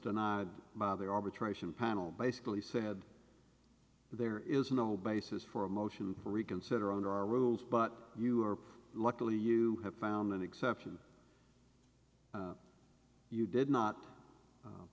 denied by the arbitration panel basically said there is no basis for a motion to reconsider under our rules but you are luckily you have found an exception you did not